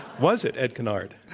was it, ed conard?